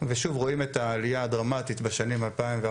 ושוב רואים את העלייה הדרמטית בשנים 2014